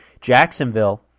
Jacksonville